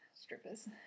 strippers